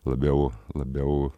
labiau labiau